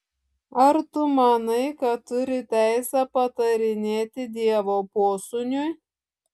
ar tu manai kad turi teisę patarinėti dievo posūniui